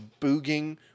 booging